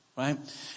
Right